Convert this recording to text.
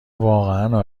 واقعا